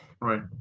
Right